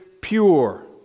pure